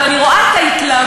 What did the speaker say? ולא לקחתי לך זמן,